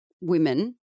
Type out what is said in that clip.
women